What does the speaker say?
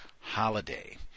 holiday